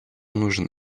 нужен